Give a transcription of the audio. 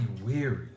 weary